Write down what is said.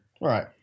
Right